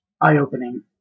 eye-opening